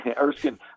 Erskine